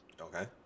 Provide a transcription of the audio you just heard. Okay